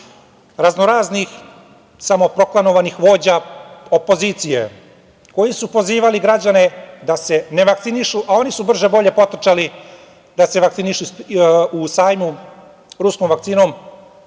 raznoraznih samoproklamovanih vođa opozicije, koji su pozivali građane da se ne vakcinišu, a oni su brže-bolje potrčali da se vakcinišu na sajmu ruskom vakcinom